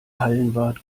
hallenwart